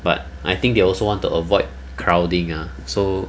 but I think they also want to avoid crowding ah so